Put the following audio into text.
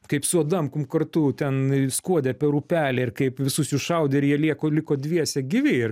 kaip su adamkum kartu ten skuodė per upelį ir kaip visus iššaudė ir jie lieka liko dviese gyvi ir